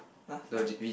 last time